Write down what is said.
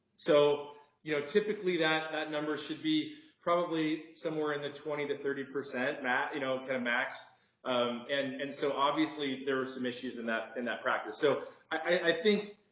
so you know typically that that number should be probably somewhere in the twenty to thirty percent max you know ten max and and so obviously there were some issues in that in that practice. so i think